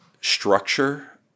structure